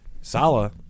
Sala